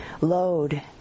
load